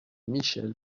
michel